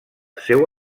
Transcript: seu